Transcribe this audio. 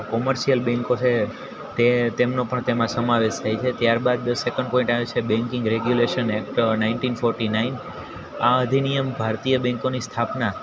commercial બેન્કો છે તે તેમનો પણ તેમાં સમાવેશ થાય છે ત્યાર બાદ સેકન્ડ પોઈન્ટ આવે છે banking regulation act nineteen forty nine આ અધિનિયમ ભારતીય બેન્કોની સ્થાપના